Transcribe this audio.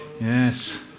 yes